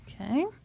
Okay